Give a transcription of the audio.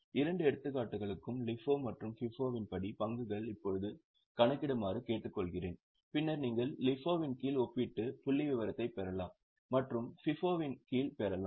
இரண்டு எடுத்துக்காட்டுகளுக்கும் LIFO மற்றும் FIFO வின் படி பங்குகளை இப்போது கணக்கிடுமாறு கேட்டுக்கொள்கிறேன் பின்னர் நீங்கள் LIFO வின் கீழ் ஒப்பீட்டு புள்ளிவிவரத்தைப் பெறலாம் மற்றும் FIFO வின் கீழ் பெறலாம்